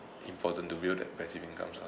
important to build that passive income lah